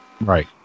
right